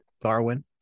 Darwin